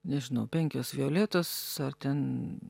nežinau penkios violetos ar ten